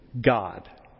God